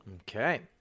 Okay